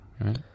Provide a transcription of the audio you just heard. right